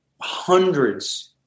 hundreds